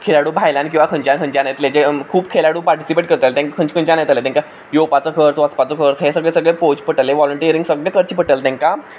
खेळाडू भायल्यान किंवां खंयच्यान खंयच्यान येतले जे खूब खेळाडू पार्टिसिपेट करतले ते खंयचे खंयच्यान येतले तांकां येवपाचो खर्च वचपाचो खर्च हें सगळें सगळें पळोवचें पडटलें व्हॉलंटियरींग सगळें करचें पडटलें तांकां